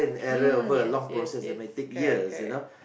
mm yes yes yes correct correct